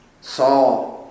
Saul